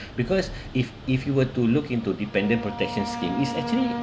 because if if you were to look into dependent protection scheme it's actually